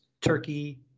turkey